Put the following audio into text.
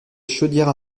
chaudière